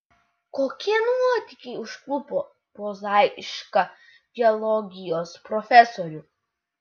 kokie nuotykiai užklupo prozaišką geologijos profesorių